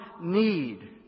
need